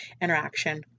interaction